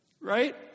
Right